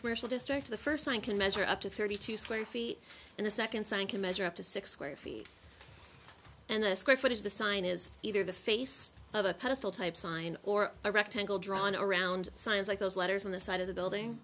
commercial district the first one can measure up to thirty two square feet and a second sign can measure up to six square feet and a square foot is the sign is either the face of a pedestal type sign or a rectangle drawn around signs like those letters on the side of the building